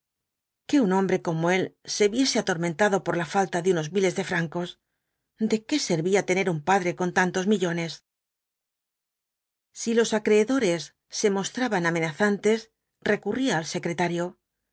que un hombre como él se viese atormentado por la falta de unos miles de francos de qué le servía tener un padre con tantos millones si los acreedores se mostraban amenazantes recurría al secretario